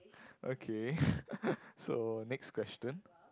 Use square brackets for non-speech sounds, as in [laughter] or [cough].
okay [laughs] so next question